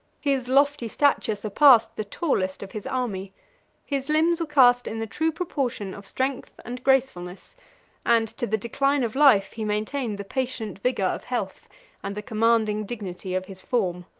his lofty stature surpassed the tallest of his army his limbs were cast in the true proportion of strength and gracefulness and to the decline of life, he maintained the patient vigor of health and the commanding dignity of his form.